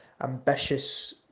ambitious